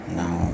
now